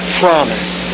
promise